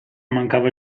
mancava